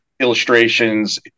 illustrations